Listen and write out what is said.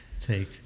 take